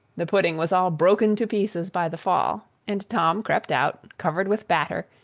the pudding was all broken to pieces by the fall, and tom crept out, covered with batter,